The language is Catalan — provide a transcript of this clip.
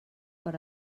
per